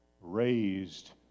raised